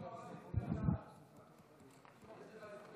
מזמין את חבר הכנסת יואב קיש, בבקשה.